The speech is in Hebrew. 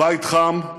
בית חם,